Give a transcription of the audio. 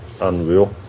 unreal